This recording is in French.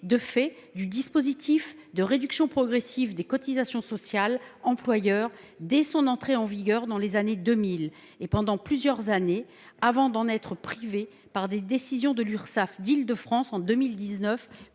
bénéficié du dispositif de réduction progressive des cotisations sociales employeur dès son entrée en vigueur dans les années 2000 et pendant plusieurs années, avant d’en être privé par des décisions de l’Urssaf d’Île de France en 2019